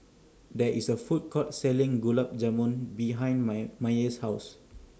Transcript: There IS A Food Court Selling Gulab Jamun behind May Maye's House